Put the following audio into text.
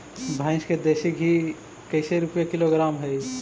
भैंस के देसी घी कैसे रूपये किलोग्राम हई?